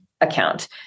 account